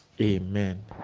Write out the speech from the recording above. amen